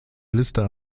liste